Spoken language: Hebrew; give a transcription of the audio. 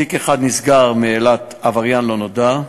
תיק אחד נסגר בעילת "עבריין לא נודע".